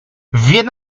viens